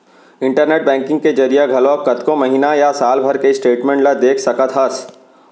internet banking के जरिए घलौक कतको महिना या साल भर के स्टेटमेंट ल देख सकत हस